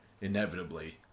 inevitably